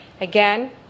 again